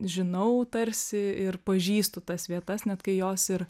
žinau tarsi ir pažįstu tas vietas net kai jos ir